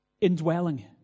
indwelling